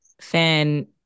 fan